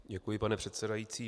Děkuji, pane předsedající.